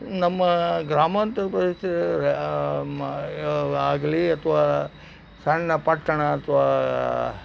ನಮ್ಮ ಗ್ರಾಮಾಂತರ ಪ್ರದೇಶ್ದಲ್ಲಿ ಮ ಆಗಲಿ ಅಥವಾ ಸಣ್ಣ ಪಟ್ಟಣ ಅಥವಾ